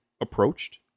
approached